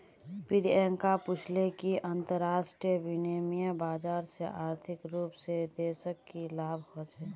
प्रियंका पूछले कि अंतरराष्ट्रीय विनिमय बाजार से आर्थिक रूप से देशक की लाभ ह छे